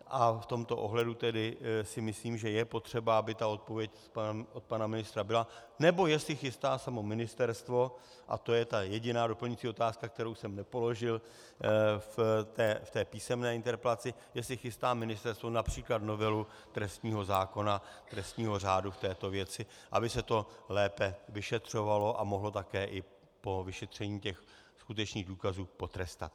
V tomto ohledu si myslím, že je potřeba, aby odpověď od pana ministra byla, nebo jestli chystá samo ministerstvo a to je ta jediná doplňující otázka, kterou jsem nepoložil v té písemné interpelaci jestli chystá ministerstvo např. novelu trestního zákona, trestního řádu v této věci, aby se to lépe vyšetřovalo a mohlo také i po vyšetření těch skutečných důkazů potrestat.